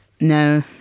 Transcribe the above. no